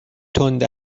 تند